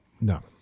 No